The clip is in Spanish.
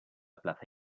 plaza